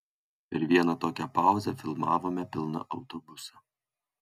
per vieną tokią pauzę filmavome pilną autobusą